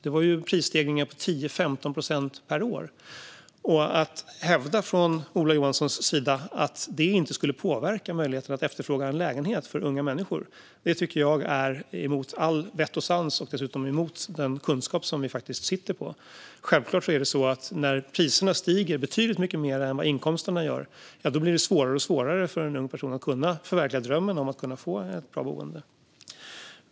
Det var prisstegringar på 10-15 procent per år. Att från Ola Johanssons sida hävda att det inte skulle påverka möjligheten för unga människor att efterfråga en lägenhet tycker jag är emot vett och sans och dessutom emot den kunskap som vi faktiskt sitter på. När priserna stiger betydligt mycket mer än vad inkomsterna gör blir det självklart svårare och svårare för en ung person att kunna förverkliga drömmen om att kunna få ett bra boende.